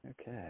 Okay